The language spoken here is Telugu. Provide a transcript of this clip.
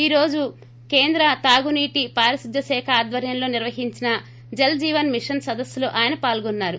ఈ రోజు కేంద్ర తాగునీటి పారిశుద్ద్య శాఖ ఆధ్వర్యంలో నిర్వహించిన జల్జీవన్ మిషన్ సదస్నులో ఆయన పాల్గొన్నారు